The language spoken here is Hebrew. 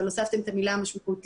אבל הוספתם את המילה משמעותית,